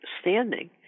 standing